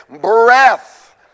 breath